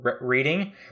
reading